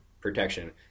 protection